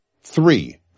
Three